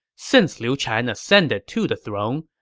since liu chan ascended to the throne,